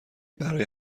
برای